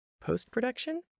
post-production